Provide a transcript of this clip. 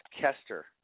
Kester